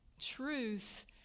Truth